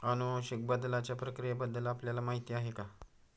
अनुवांशिक बदलाच्या प्रक्रियेबद्दल आपल्याला माहिती आहे का?